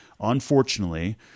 unfortunately